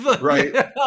right